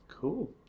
Cool